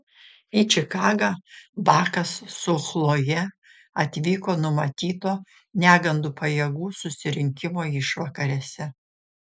į čikagą bakas su chloje atvyko numatyto negandų pajėgų susirinkimo išvakarėse